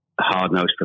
hard-nosed